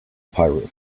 pirate